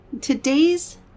Today's